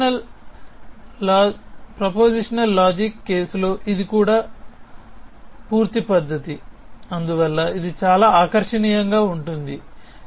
propositional logic కేసులో కూడా ఇది పూర్తి పద్ధతి అందువల్ల ఇది చాలా ఆకర్షణీయంగా ఉంటుంది